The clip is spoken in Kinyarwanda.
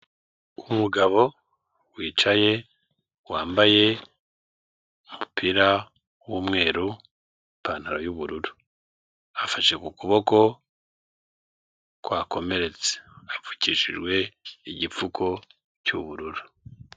Umugabo wicaye wambaye umupira w'umweru, ipantaro y'ubururu; afashe ku kuboko kwakomeretse apfukishijwe igipfuko cy'ubururu.